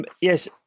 Yes